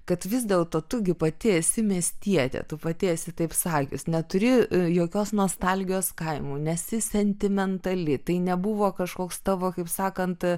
kad vis dėlto tu gi pati esi miestietė tu pati esi taip sakius neturi jokios nostalgijos kaimui nesi sentimentali tai nebuvo kažkoks tavo kaip sakant